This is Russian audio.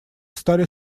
стали